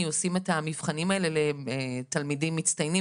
עושים את המבחנים האלה לתלמידים מצטיינים